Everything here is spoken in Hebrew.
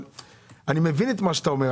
אני מבין מה שאתה אומר.